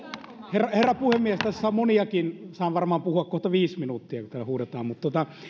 herra herra puhemies tässä on moniakin saan varmaan puhua kohta viisi minuuttia kun täällä huudetaan